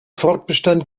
fortbestand